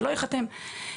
שייחתם.